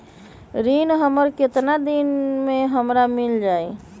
ऋण हमर केतना दिन मे हमरा मील जाई?